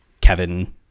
Kevin